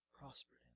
prospered